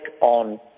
on